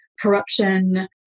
corruption